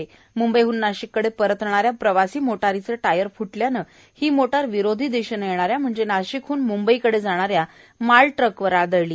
म्ंबईहन नाशिक कडे परतणाऱ्या प्रवासी मोटारीचे टायर फ्टल्याने ही मोटार विरोधी दिशेने म्हणजे नाशिकहन म्ंबईकडे जाणाऱ्या माल ट्रक वर आदळली